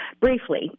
briefly